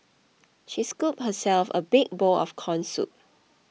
she scooped herself a big bowl of Corn Soup